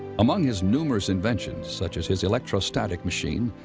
among his numerous inventions, such as his electrostatic machine